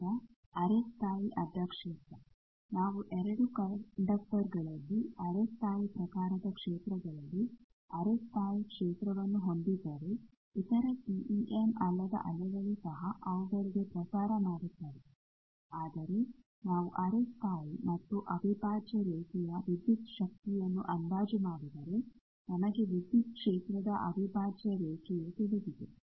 ಈಗ ಅರೆ ಸ್ಥಾಯೀ ಅಡ್ಡ ಕ್ಷೇತ್ರ ನಾವು 2 ಕಂಡಕ್ಟರ್ಗಳಲ್ಲಿ ಅರೆ ಸ್ಥಾಯಿ ಪ್ರಕಾರದ ಕ್ಷೇತ್ರಗಳಲ್ಲಿ ಅರೆ ಸ್ಥಾಯೀ ಕ್ಷೇತ್ರವನ್ನು ಹೊಂದಿದ್ದರೆ ಇತರ ಟಿಈಎಮ್ ಅಲ್ಲದ ಅಲೆಗಳು ಸಹ ಅವುಗಳಿಗೆ ಪ್ರಸಾರ ಮಾಡುತ್ತವೆ ಆದರೆ ನಾವು ಅರೆ ಸ್ಥಾಯಿ ಮತ್ತು ಅವಿಭಾಜ್ಯ ರೇಖೆಯ ವಿದ್ಯುತ್ ಶಕ್ತಿಯನ್ನು ಅಂದಾಜು ಮಾಡಿದರೆ ನಮಗೆ ವಿದ್ಯುತ್ ಕ್ಷೇತ್ರದ ಅವಿಭಾಜ್ಯ ರೇಖೆಯು ತಿಳಿದಿದೆ